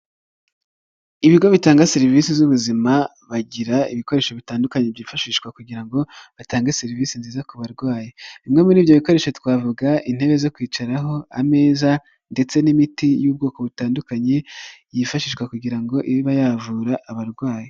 Ibigo bitanga serivisi z'ubuzima, bagira ibikoresho bitandukanye byifashishwa kugira ngo batange serivisi nziza ku barwayi. Bimwe muri ibyo bikoresho twavuga intebe zo kwicaraho, ameza ndetse n'imiti y'ubwoko butandukanye ,yifashishwa kugira ngo ibe yavura abarwayi.